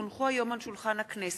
כי הונחו היום על שולחן הכנסת,